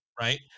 right